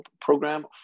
program